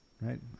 right